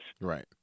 Right